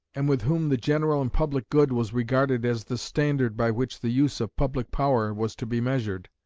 and with whom the general and public good was regarded as the standard by which the use of public power was to be measured